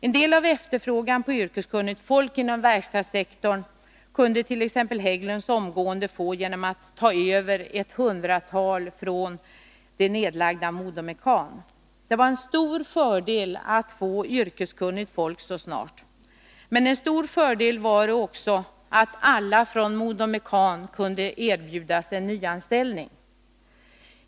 En del av efterfrågan på yrkeskunnigt folk inom verkstadssektorn kunde t.ex. Hägglunds omgående få tillgodosedd genom att ta över ett hundratal arbetare från det nedlagda MoDo Mekan. Det var en stor fördel att få yrkeskunnigt folk så snart. Men en stor fördel var det också att alla från MoDo Mekan kunde erbjudas en nyanställning.